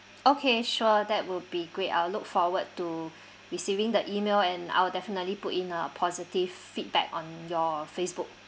okay sure that will be great I'll look forward to receiving the email and I will definitely put in a positive feedback on your facebook